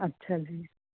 ਅੱਛਾ ਜੀ